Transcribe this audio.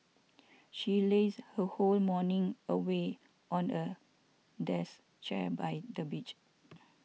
she lazed her whole morning away on a desk chair by the beach